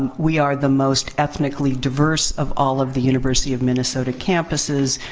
we are the most ethnically diverse of all of the university of minnesota campuses,